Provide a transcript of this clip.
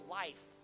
life